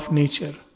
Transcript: nature